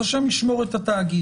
אז השם ישמור את התאגיד.